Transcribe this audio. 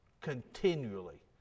continually